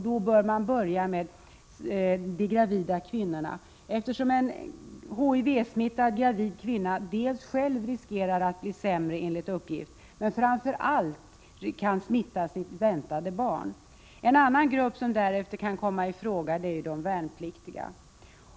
Då bör man börja med de gravida kvinnorna, eftersom en HIV-smittad gravid kvinna riskerar att själv bli sämre och framför allt att smitta sitt väntade barn. En annan grupp som därefter bör komma i fråga är de värnpliktiga.